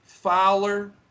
Fowler